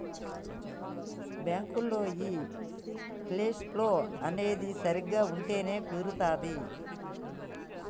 బ్యాంకులో ఈ cash flow అనేది సరిగ్గా ఉంటేనే కుదురుతాది